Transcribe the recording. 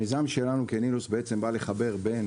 המיזם שלנו בא לחבר בין